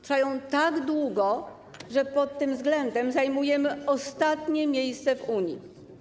Trwają one tak długo, że pod tym względem zajmujemy ostatnie miejsce w Unii.